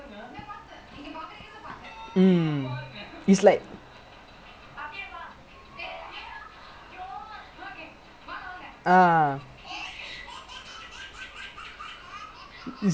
orh ya lah that [one] legit damn hard lah I don't know lah like எனக்கே:enakkae like because அந்த நாள் நம்ம ஒரு மணி நேரம் மேல உக்காந்த:antha naal namma oru mani neram mela ukkaantha I think நம்ம ரெண்டு மணி நேரம் உக்காந்தோம்:namma rendu mani neram ukkaanthom but like just sitting in the atmosphere seeing all of them eating right and like legit you cannot [one] you legit cannot